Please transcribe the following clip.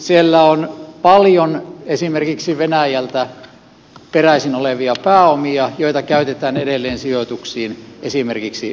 siellä on paljon esimerkiksi venäjältä peräisin olevia pääomia joita käytetään edelleen sijoituksiin esimerkiksi venäjälle